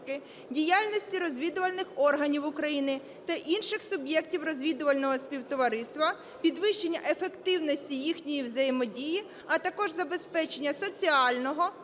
діяльності розвідувальних органів України та інших суб'єктів розвідувального співтовариства, підвищення ефективності їхньої взаємодії, а також забезпечення соціального